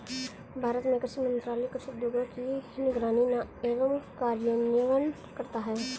भारत में कृषि मंत्रालय कृषि उद्योगों की निगरानी एवं कार्यान्वयन करता है